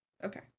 Okay